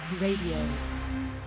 Radio